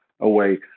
away